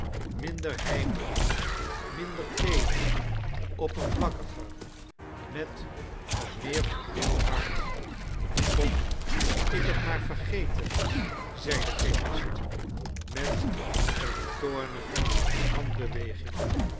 minder heimelijk minder teeder oppervlakkiger met een meer verdeeld hart kon ik het maar vergeten zei de chemist met eene toornige handbeweging